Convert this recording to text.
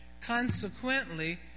Consequently